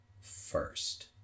First